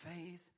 faith